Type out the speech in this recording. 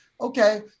okay